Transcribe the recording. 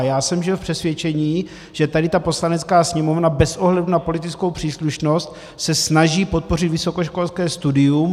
Žil jsem v přesvědčení, že se tato Poslanecká sněmovna bez ohledu na politickou příslušnost snaží podpořit vysokoškolské studium.